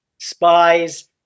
Spies